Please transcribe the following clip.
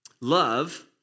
Love